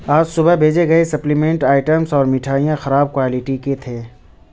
آج صبح بھیجے گئے سپلیمنٹ آئٹمز اور مٹھائیاں خراب کوائلٹی کے تھے